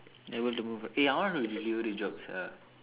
they were to move eh I want do delivery jobs ah